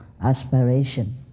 aspiration